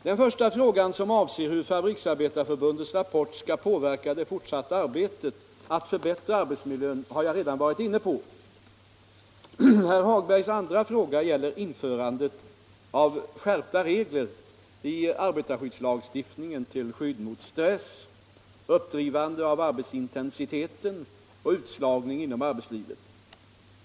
Den första frågan, som avser hur Fabriksarbetareförbundets rapport skall påverka det fortsatta arbetet att förbättra arbetsmiljön har jag redan varit inne på. Herr Hagbergs andra fråga gäller införandet av skärpta regler i arbetarskyddslagstiftningen till skydd mot stress, uppdrivande av arbetsintensiteten och utslagning inom arbetslivet.